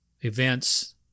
events